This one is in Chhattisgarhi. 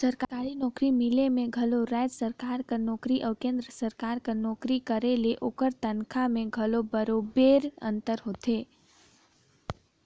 सरकारी नउकरी मिले में घलो राएज सरकार कर नोकरी अउ केन्द्र सरकार कर नोकरी करे ले ओकर तनखा में घलो बरोबेर अंतर होथे